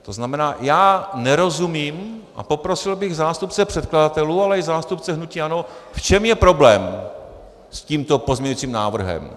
To znamená, já nerozumím, a poprosil bych zástupce předkladatelů, ale i zástupce hnutí ANO, v čem je problém s tímto pozměňovacím návrhem.